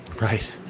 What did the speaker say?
Right